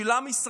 של עם ישראל,